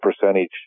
percentage